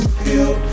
feel